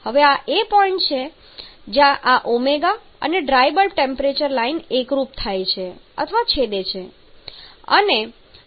હવે આ એ પોઇન્ટ છે જ્યાં આ ω અને ડ્રાય બલ્બ ટેમ્પરેચર લાઈન એકરૂપ થાય છે અથવા છેદે છે